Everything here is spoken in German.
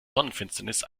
sonnenfinsternis